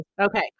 okay